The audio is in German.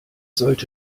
sollte